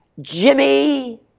Jimmy